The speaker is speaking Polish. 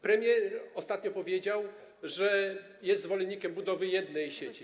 Premier ostatnio powiedział, że jest zwolennikiem budowy jednej sieci.